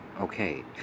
okay